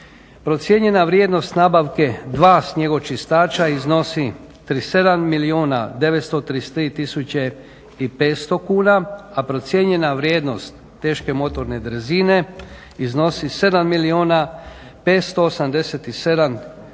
Procijenjena vrijednost nabavke 2 snjegočistača iznosi 37 milijuna 933 tisuće i 500 kuna, a procijenjena vrijednost teške motorne drezine iznosi 7 milijuna 587 tisuća